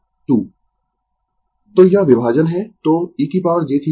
तो यह विभाजन है तो e jθ1 θ2